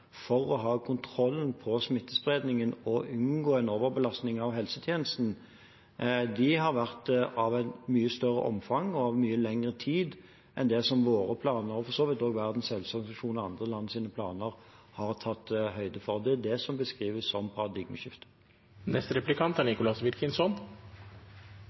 for å ha kontrollen på smittespredningen og å unngå en overbelastning av helsetjenesten, har vært av et mye større omfang og over mye lengre tid enn det som våre planer, og for så vidt også planene til Verdens helseorganisasjon og andre land, har tatt høyde for. Det er det som beskrives som